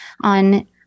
on